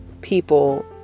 people